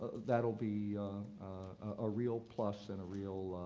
that will be a real plus and a real.